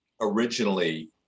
originally